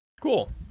Cool